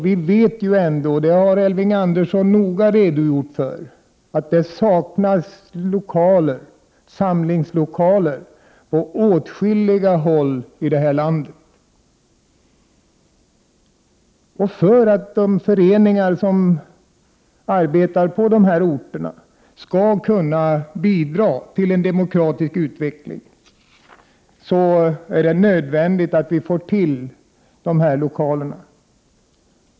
Vi vet ändå, och det har Elving Andersson noga redogjort för, att det saknas samlingslokaler på åtskilliga håll i landet. För att de föreningar som arbetar på dessa orter skall kunna bidra till en demokratisk utveckling, är det nödvändigt att dessa lokaler finns.